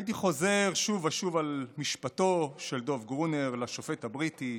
הייתי חוזר שוב ושוב על משפטו של דב גרונר לשופט הבריטי